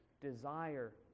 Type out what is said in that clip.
desire